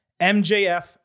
MJF